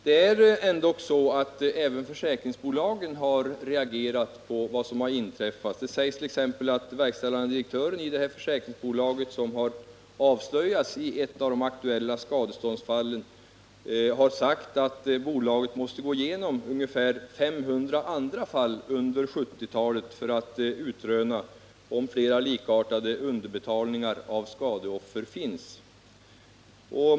Det är ändock så att även försäkringsbolagen har reagerat på vad som har inträffat. Det sägs t.ex. att verkställande direktören i det försäkringsbolag hi öar: ä jak FR försäkringsrättssom har avs löjats i ett av de aktuella s adestån sfallen har sagt att bRlagen kommitténs förslag, måste gå igenom ungefär 500 andra fall som inträffat under 1970-talet för att KN utröna om flera likartade underutbetalningar till skadeoffer har förekommit.